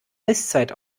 eiszeit